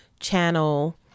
channel